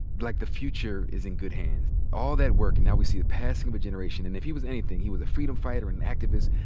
like the future is in good hands. all that work, and now we see a passing of a generation. and if he was anything, he was a freedom fighter and an activist.